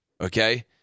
Okay